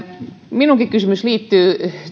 minunkin kysymykseni liittyy